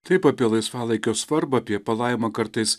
taip apie laisvalaikio svarbą apie palaimą kartais